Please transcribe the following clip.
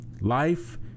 life